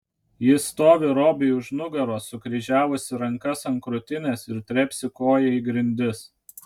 ji stovi robiui už nugaros sukryžiavusi rankas ant krūtinės ir trepsi koja į grindis